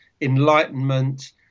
enlightenment